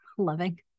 Loving